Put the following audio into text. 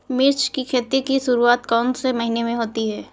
मिर्च की खेती की शुरूआत कौन से महीने में होती है?